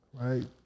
right